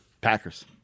Packers